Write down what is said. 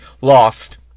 lost